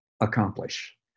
accomplish